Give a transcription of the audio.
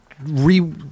re